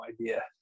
idea